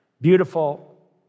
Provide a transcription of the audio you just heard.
Beautiful